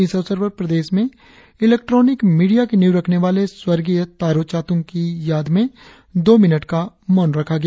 इस अवसर पर प्रदेश में इलेक्ट्रॉनिक मीडिया की नीव रखने वाले स्वर्गीय तारो चातुंग की याद में दो मिनट का मौन रखा गया